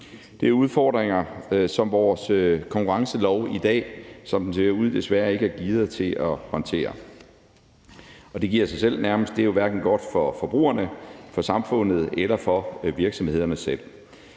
Det er udfordringer, som vores konkurrencelov i dag, som den ser ud, desværre ikke er gearet til at håndtere, og det giver nærmest sig selv, at det jo hverken er godt for forbrugerne, for samfundet eller for virksomhederne selv.